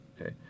Okay